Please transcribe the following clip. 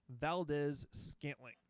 Valdez-Scantling